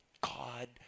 God